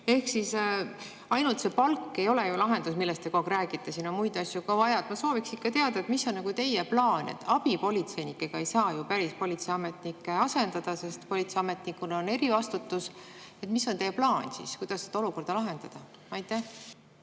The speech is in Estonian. ole ju ainult see palk, millest te kogu aeg räägite siin. On muid asju ka vaja. Ma sooviks ikka teada, mis on teie plaan. Abipolitseinikega ei saa ju päris politseiametnikke asendada, sest politseiametnikul on erivastutus. Mis on teie plaan, kuidas seda olukorda lahendada? Aitäh,